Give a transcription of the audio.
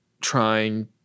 trying